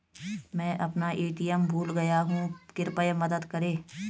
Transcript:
मैं अपना ए.टी.एम भूल गया हूँ, कृपया मदद करें